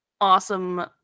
awesome